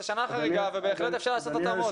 זו שנה חריגה ובהחלט אפשר לעשות התאמות.